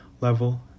level